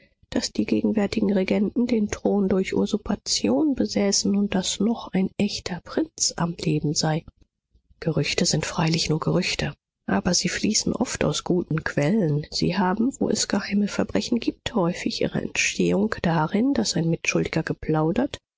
daß die gegenwärtigen regenten den thron durch usurpation besäßen und daß noch ein echter prinz am leben sei gerüchte sind freilich nur gerüchte aber sie fließen oft aus guten quellen sie haben wo es geheime verbrechen gibt häufig ihre entstehung darin daß ein mitschuldiger geplaudert